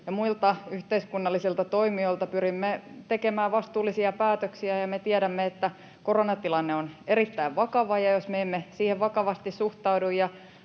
muilta yhteiskunnallisilta toimijoilta. Pyrimme tekemään vastuullisia päätöksiä, ja me tiedämme, että koronatilanne on erittäin vakava ja jos me emme siihen vakavasti suhtaudu